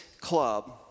club